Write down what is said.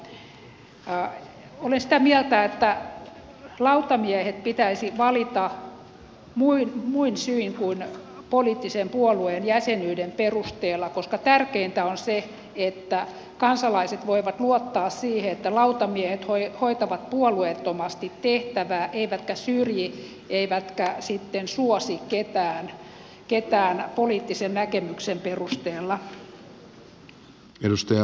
olen sitä mieltä että lautamiehet pitäisi valita muin syin kuin poliittisen puolueen jäsenyyden perusteella koska tärkeintä on se että kansalaiset voivat luottaa siihen että lautamiehet hoitavat puolueettomasti tehtävää eivätkä syrji eivätkä suosi ketään poliittisen näkemyksen perusteella